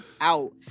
out